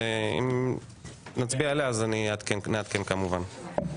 אם נצביע עליה, אז נעדכן כמובן.